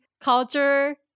culture